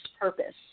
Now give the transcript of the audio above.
Purpose